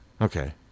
Okay